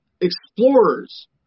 explorers